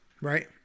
right